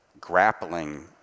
grappling